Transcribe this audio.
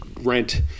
rent